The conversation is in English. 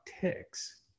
ticks